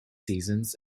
seasons